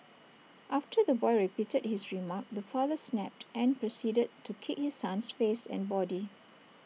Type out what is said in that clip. after the boy repeated his remark the father snapped and proceeded to kick his son's face and body